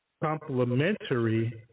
complementary